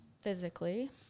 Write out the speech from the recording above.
Physically